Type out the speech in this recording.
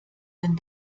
denn